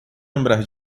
lembrar